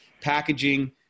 Packaging